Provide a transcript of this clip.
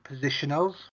positionals